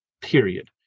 period